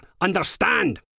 Understand